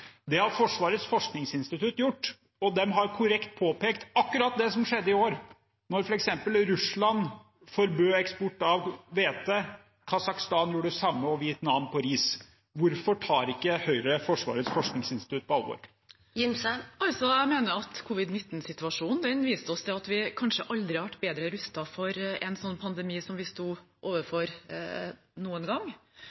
Det har Forsvarets forskningsinstitutt gjort, og de har korrekt påpekt akkurat det som skjedde i år, da f.eks. Russland forbød eksport av hvete, Kasakhstan gjorde det samme og Vietnam gjorde det samme med ris. Hvorfor tar ikke Høyre Forsvarets forskningsinstitutt på alvor? Jeg mener at covid-19-situasjonen viste oss at vi kanskje aldri noen gang har vært bedre rustet for en slik pandemi som vi sto